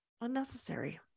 unnecessary